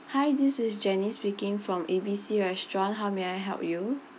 hi this is janice speaking from A B C restaurant how may I help you